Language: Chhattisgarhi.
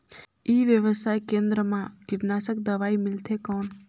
ई व्यवसाय केंद्र मा कीटनाशक दवाई मिलथे कौन?